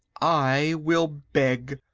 i will beg.